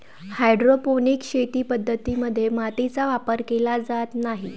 hydroponic शेती पद्धतीं मध्ये मातीचा वापर केला जात नाही